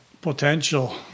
potential